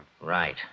Right